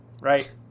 right